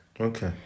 Okay